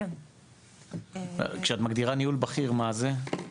כשאת מגדירה ניהול בכיר, מה זה?